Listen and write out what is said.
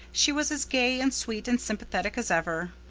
she was as gay and sweet and sympathetic as ever.